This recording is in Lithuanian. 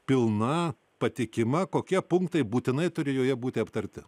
pilna patikima kokie punktai būtinai turi joje būti aptarti